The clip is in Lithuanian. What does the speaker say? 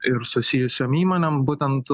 ir susijusiom įmonėm būtent